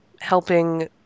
helping